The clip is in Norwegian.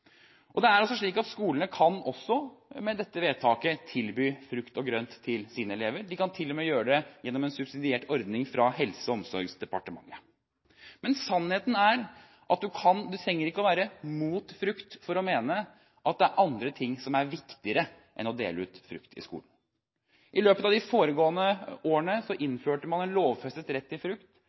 til sine elever også med dette vedtaket; de kan til og med gjøre det gjennom en subsidiert ordning fra Helse- og omsorgsdepartementet. Men sannheten er at du trenger ikke å være mot frukt for å mene at det er andre ting som er viktigere enn å dele ut frukt i skolen. I løpet av de foregående årene innførte man en lovfestet rett til frukt,